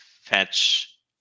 fetch